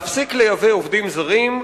להפסיק לייבא עובדים זרים,